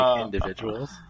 individuals